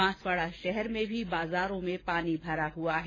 बांसवाड़ा शहर में भी बाजारों में पानी भरा हुआ है